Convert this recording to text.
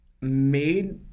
made